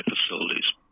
facilities